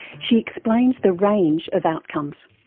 she explains the range of outcomes.